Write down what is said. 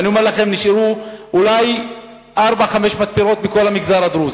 ואני אומר לכם: נשארו אולי ארבע-חמש מתפרות בכל המגזר הדרוזי,